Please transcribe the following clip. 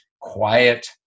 quiet